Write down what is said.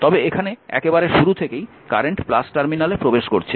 তবে এখানে একেবারে শুরু থেকেই কারেন্ট টার্মিনালে প্রবেশ করছে